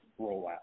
rollout